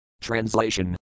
Translation